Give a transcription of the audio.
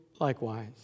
likewise